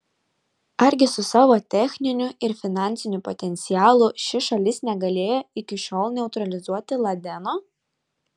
argi su savo techniniu ir finansiniu potencialu ši šalis negalėjo iki šiol neutralizuoti ladeno